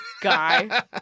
guy